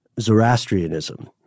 Zoroastrianism